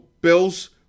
bills